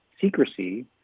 secrecy